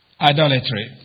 idolatry